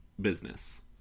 business